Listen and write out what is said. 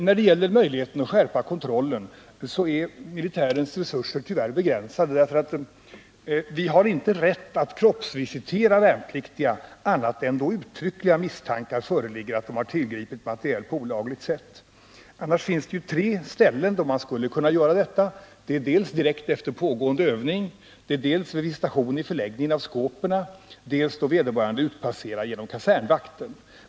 När det gäller möjligheten att skärpa kontrollen är militärens resurser tyvärr begränsade, då man inte har rätt att kroppsvisitera värnpliktiga annat än då uttryckliga misstankar om att de har tillgripit materiel på olagligt sätt föreligger. Det finns annars tre tillfällen då man skulle kunna förrätta kroppsvisitationer. Det är dels direkt efter övning, dels vid visitation av skåpen i förläggningen och dels då vederbörande utpasserar genom kasernvakten.